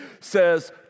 says